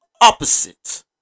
opposite